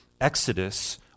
Exodus